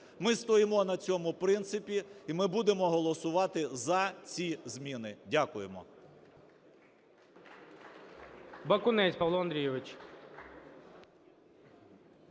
Ми стоїмо на цьому принципі, і ми будемо голосувати за ці зміни. Дякуємо.